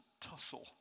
tussle